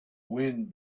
wind